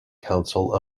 council